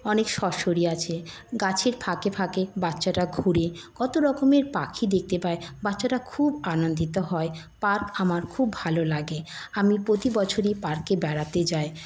অনেক সরসরি আছে গাছের ফাঁকে ফাঁকে বাচ্চারা ঘুরে কত রকমের পাখি দেখতে পায় বাচ্চারা খুব আনন্দিত হয় পার্ক আমার খুব ভালো লাগে আমি প্রতি বছরই পার্কে বেড়াতে যাই